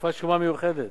תקופת שומה מיוחדת.